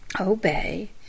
obey